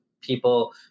people